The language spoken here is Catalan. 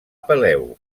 peleu